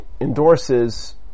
endorses